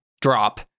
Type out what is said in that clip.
drop